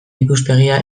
ikuspegia